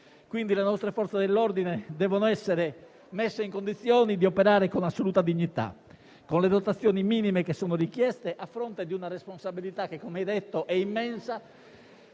quindi, le nostre Forze dell'ordine devono essere messe in condizioni di operare con assoluta dignità, con le dotazioni minime richieste, a fronte di una responsabilità che, come detto, è immensa